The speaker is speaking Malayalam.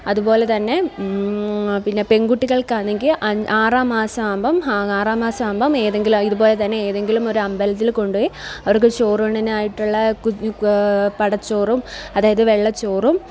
അതുപോലെത്തന്നെ പിന്നെ പെണ്കുട്ടികള്ക്കാണെങ്കില് ആറാം മാസമാകുമ്പോള് ആറാം മാസമാകുമ്പോള് ഏതെങ്കിലും ഇതുപോലെത്തന്നെ ഏതെങ്കിലും ഒരു അമ്പലത്തില് കൊണ്ടുപോയി അവര്ക്ക് ചോറൂണിനായിട്ടുള്ള പടച്ചോറും അതായത് വെള്ളച്ചോറും